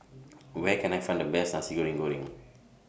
Where Can I Find The Best Nasi Goreng Kerang